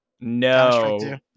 no